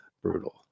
brutal